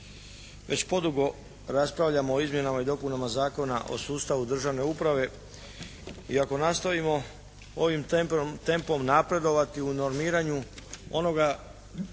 već podugo raspravljamo o izmjenama i dopunama Zakona o sustavu državne uprave. I ako nastavimo ovim tempom napredovati u normiranju onoga